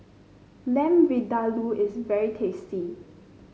Lamb Vindaloo is very tasty